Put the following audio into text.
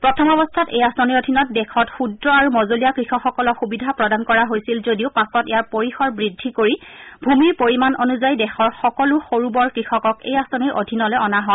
প্ৰথমাৱস্থাত এই আঁচনিৰ অধীনত দেশত ক্ষুদ্ৰ আৰু মজলীয়া কৃষকসকলক সুবিধা প্ৰদান কৰা হৈছিল যদিও পাছত ইয়াৰ পৰিসৰ বৃদ্ধি কৰি ভূমিৰ পৰিমাণ অনুযায়ী দেশৰ সকলো সৰু বৰ কৃষকক এই আঁচনিৰ অধীনলৈ অনা হয়